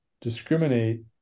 discriminate